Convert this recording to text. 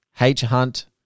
H-Hunt